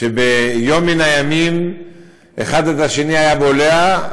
שביום מן הימים אחד את השני היה בולע,